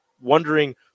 wondering